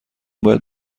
باید